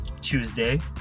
Tuesday